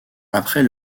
après